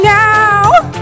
now